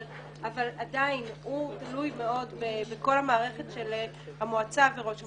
עדיין הוא תלוי מאוד בכל המערכת של המועצה וראש המועצה.